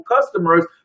customers